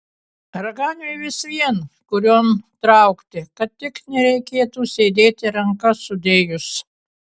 raganiui vis vien kurion traukti kad tik nereikėtų sėdėti rankas sudėjus